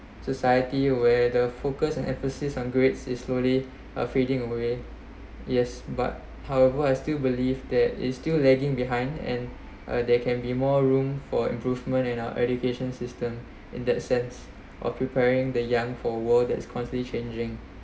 society where the focus and emphasis on grades is slowly a fading away yes but however I still believe that is still lagging behind and uh there can be more room for improvement and our education system in that sense of preparing the young for a world that is constantly changing